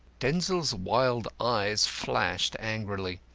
denzil's wild eyes flashed angrily.